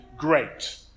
Great